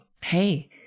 hey